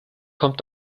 kommt